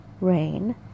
rain